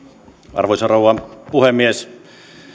arvoisa rouva puhemies